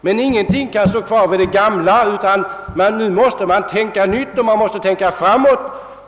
Men ingenting kan stå kvar vid det gamla, utan nu måste man tänka nytt och tänka framåt.